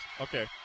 Okay